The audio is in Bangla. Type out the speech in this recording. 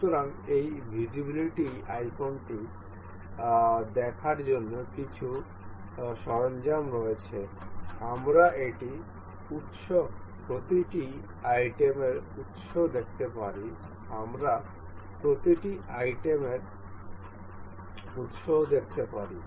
সুতরাং এই ভিজিবিলিটি আইকন টি দেখার জন্য কিছু সরঞ্জাম রয়েছে আমরা এটির উত্স প্রতিটি আইটেমের উত্স দেখতে পারি আমরা প্রতিটি আইটেমের উত্স দেখতে পারি